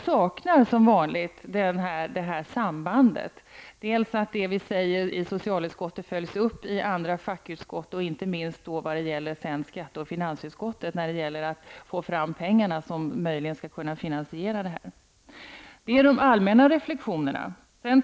Som vanligt saknar jag sambandet att det som sägs i socialutskottet följs upp i andra fackutskott, inte minst av skatteutskottet och finansutskottet när det gäller att få fram de pengar som skall finansiera detta. Det här var mina allmänna reflektioner.